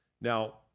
Now